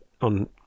on